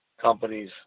companies